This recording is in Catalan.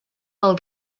del